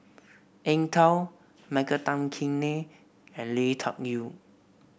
Eng Tow Michael Tan Kim Nei and Lui Tuck Yew